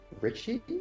Richie